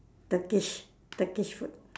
turkish turkish food